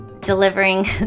Delivering